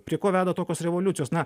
prie ko veda tokios revoliucijos na